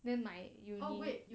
then my uni